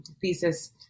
thesis